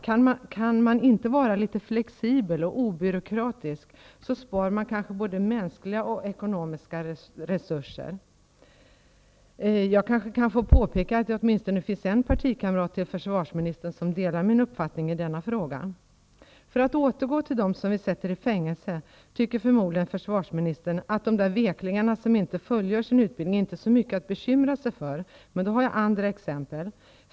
Kan man inte vara litet flexibel och obyråkratisk? Då spar man kanske både mänskliga och ekonomiska resurser. Jag kan kanske få påpeka att det finns åtminstone en partikamrat till försvarsministern som delar min uppfattning i denna fråga. För att återgå till dem som vi sätter i fängelse, tycker förmodligen försvarsministern att de där veklingarna som inte fullgör sin utbildning inte är så mycket att bekymra sig för, men då har jag andra exempel.